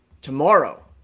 tomorrow